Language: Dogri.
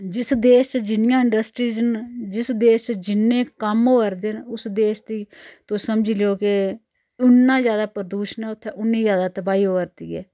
जिस देश च जिन्नियां इंडस्ट्रियां न जिस देश च जिन्नै कम्म होआ'रदे उस देश दी तुस समझी लैओ कि उ'न्ना ज्यादा प्रदुशन उत्थें उन्नी ज्यादा तबाही होआ'रदी ऐ